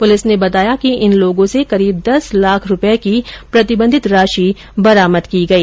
police ने बताया कि इन लोगों से करीब दस लाख रूपए की प्रतिबंधित राशि बरामद की गई